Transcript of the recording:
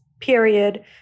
period